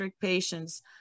patients